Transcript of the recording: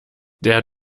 der